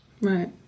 Right